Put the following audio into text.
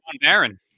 Baron